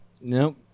Nope